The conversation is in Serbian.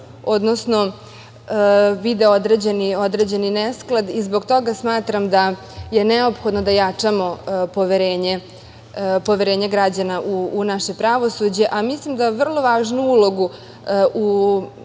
odnosno vide određeni nesklad i zbog toga smatram da je neophodno da jačamo poverenje građana u naše pravosuđe. Mislim da vrlo važnu ulogu u tom